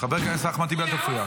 חבר הכנסת אחמד טיבי, אל תפריע.